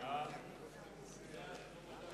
ההסתייגויות (קבוצה שנייה)